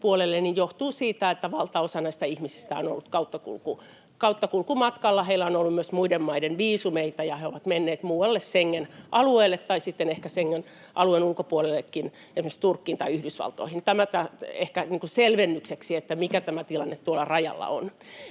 johtuu siitä, että valtaosa näistä ihmisistä on ollut kauttakulkumatkalla. Heillä on ollut myös muiden maiden viisumeita, ja he ovat menneet muualle Schengen-alueelle tai sitten ehkä Schengen-alueen ulkopuolellekin esimerkiksi Turkkiin tai Yhdysvaltoihin. Tämä ehkä selvennykseksi, mikä tilanne rajalla on.